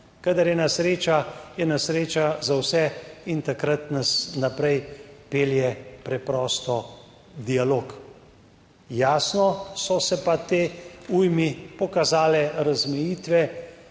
Kadar je nesreča, je nesreča za vse in takrat nas naprej pelje preprosto dialog. Jasno so se pa tej ujmi pokazale razmejitve,